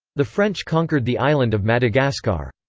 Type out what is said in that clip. the french conquered the island of madagascar.